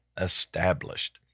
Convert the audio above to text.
established